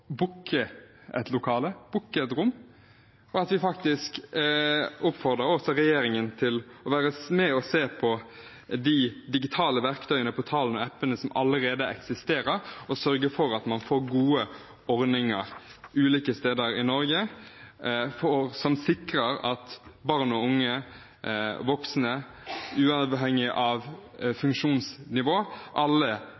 at vi oppfordrer regjeringen til å være med og se på de digitale verktøyene, portalene og appene, som allerede eksisterer, og sørge for at man får gode ordninger ulike steder i Norge som sikrer at barn, unge og voksne – alle – uavhengig av